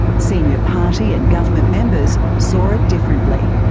senior party and government members saw it differently,